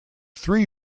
three